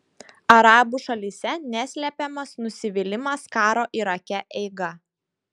arabų šalyse neslepiamas nusivylimas karo irake eiga